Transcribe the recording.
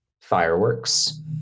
Fireworks